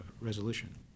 resolution